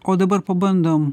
o dabar pabandom